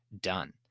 done